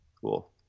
cool